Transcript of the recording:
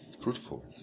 fruitful